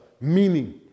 meaning